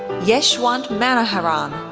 yeshwant manoharan,